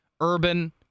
urban